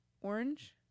Orange